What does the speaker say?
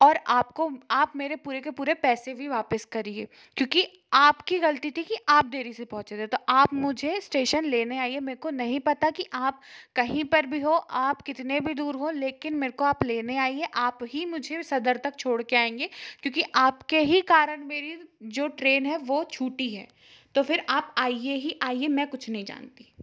और आपको आप मेरे पूरे के पूरे पैसे भी वापस करिए क्योंकि आप कि गलती थी कि आप देरी से पहुंचे थे तो आप मुझे इस्टेशन लेने आइए मेरे को नहीं पता कि आप कहीं पर भी हो आप कितने भी दूर हो लेकिन मेरे को आप लेने आइए आप ही मुझे सदर तक छोड़के आएंगे क्योंकि आपके ही कारण मेरी जो ट्रेन है वो छूटी है तो फिर आप आइए ही आइए मैं कुछ नहीं जानती